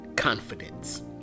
Confidence